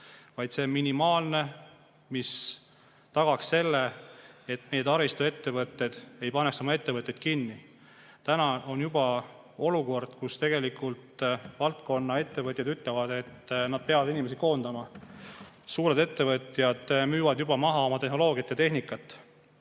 See on minimaalne, mis tagaks selle, et meie taristuettevõtted ei pane end kinni. Täna on juba olukord, kus valdkonna ettevõtjad ütlevad, et nad peavad inimesi koondama. Suured ettevõtjad müüvad maha oma tehnoloogiat ja tehnikat.